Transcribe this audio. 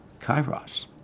kairos